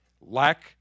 lack